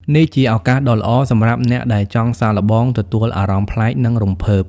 នេះជាឱកាសដ៏ល្អសម្រាប់អ្នកដែលចង់សាកល្បងទទួលអារម្មណ៍ប្លែក និងរំភើប។